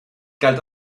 galt